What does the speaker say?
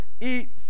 eat